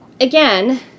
again